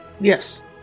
Yes